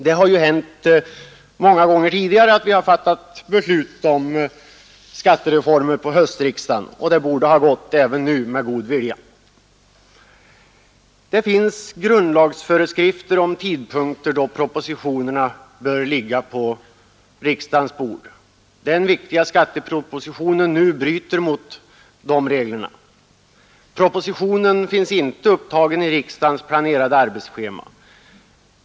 Det har ju hänt många gånger tidigare att vi har fattat beslut om skattereformer på en höstriksdag, och det borde ha gått även nu — med god vilja. Det finns grundlagsföreskrifter om de tidpunkter då propositionerna bör ligga på riksdagens bord. Den viktiga skattepropositionen nu bryter mot de reglerna. Propositionen finns inte upptagen i riksdagens planerade arbetsschema.